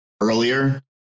earlier